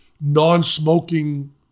non-smoking